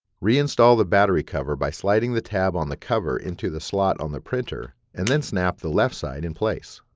reinstall the battery cover by sliding the tab on the cover into the slot on the printer and then snap the left side in place.